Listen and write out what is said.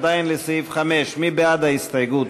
עדיין לסעיף 5. מי בעד ההסתייגות?